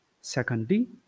Secondly